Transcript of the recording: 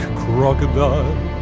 crocodile